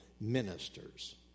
ministers